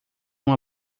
uma